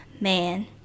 man